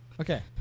Okay